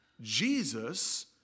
Jesus